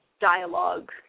dialogue